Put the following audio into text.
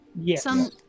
yes